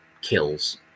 kills